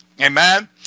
Amen